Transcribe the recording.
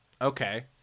Okay